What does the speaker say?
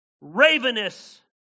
Ravenous